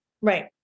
Right